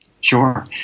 Sure